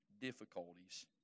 difficulties